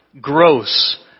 gross